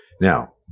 Now